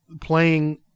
playing